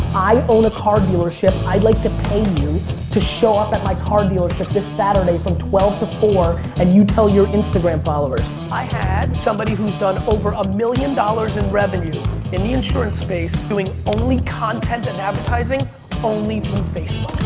i own a car dealership. i'd like to pay you to show up at my car dealership this saturday from twelve to four and you tell your instagram followers. i had somebody who's done over a million dollars in revenue in the insurance space doing only content and advertising through facebook.